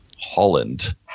Holland